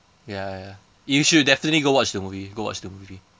ya ya you should definitely go watch the movie go watch the movie